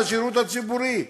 לשירות הציבורי עצמו.